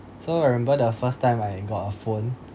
so I remember the first time I got a phone